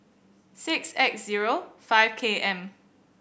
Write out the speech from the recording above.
six X zero five K M